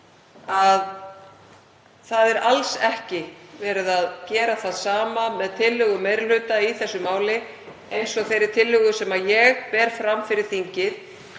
að það er alls ekki verið að gera það sama með tillögu meiri hluta í þessu máli og með þeirri tillögu sem ég ber fram fyrir þingið